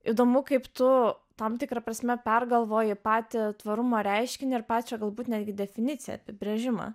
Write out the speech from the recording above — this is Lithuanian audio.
įdomu kaip tu tam tikra prasme pergalvoji patį tvarumo reiškinį ir pačią galbūt netgi definiciją apibrėžimą